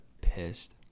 pissed